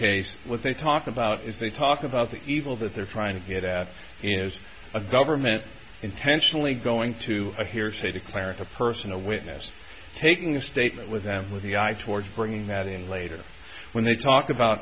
case what they talk about is they talk about the evil that they're trying to get at is a government intentionally going to a here say the clerical person a witness taking the statement with them with the eye towards bringing that in later when they talk about